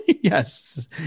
Yes